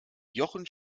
jochen